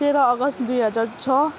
तेह्र अगस्ट दुई हजार छ